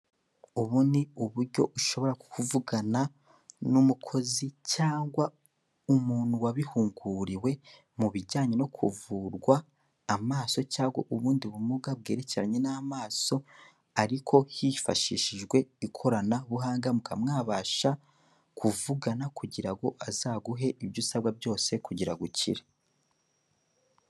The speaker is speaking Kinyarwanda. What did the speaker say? Ubu ni uburyo ushobora kuvugana n'umukozi cyangwa umuntu wabihuguriwe mu bujyanye no kuvurwa amaso cyangwa ubundi bumuga bwerekeranye n'amaso, ariko hifashishijwe ikoranabuhanga; mukaba mwabasha kuvugana kugira ngo azaguhe ibyo usabwa byose kugira ngo ukire.